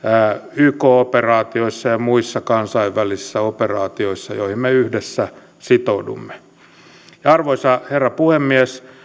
yk operaatioissa ja muissa kansainvälisissä operaatioissa joihin me yhdessä sitoudumme arvoisa herra puhemies